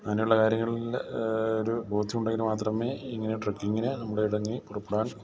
അങ്ങനെയുള്ള കാര്യങ്ങളിൽ ഒരു ബോധ്യം ഉണ്ടെങ്കിൽ മാത്രമേ ഇങ്ങനെ ട്രക്കിങ്ങിന് നമ്മൾ ഇറങ്ങി പുറപ്പെടാൻ